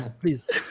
please